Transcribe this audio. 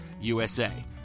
USA